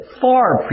far